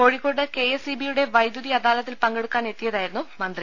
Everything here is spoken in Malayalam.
കോഴിക്കോട്ട് കെ എസ് ഇ ബിയുടെ വൈദ്യുതി അദാലത്തിൽ പങ്കെടുക്കാൻ എത്തിയതായിരുന്നു മന്ത്രി